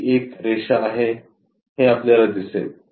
येथे ही एक रेषा आहे हे आपल्याला दिसेल